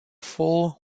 full